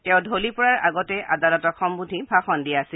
তেওঁ ঢলি পৰাৰ আগতে আদালতক সম্নোধি ভাষন দিছিল